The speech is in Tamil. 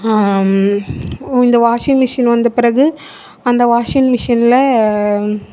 இந்த வாஷிங் மிஷின் வந்த பிறகு அந்த வாஷிங் மிஷினில்